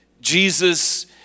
Jesus